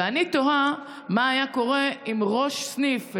ואני תוהה מה היה קורה אם ראש סניף,